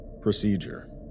Procedure